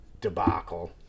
debacle